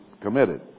committed